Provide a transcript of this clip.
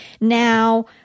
Now